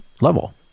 level